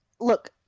look